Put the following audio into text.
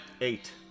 Eight